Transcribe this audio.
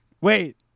wait